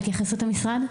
התייחסות המשרד.)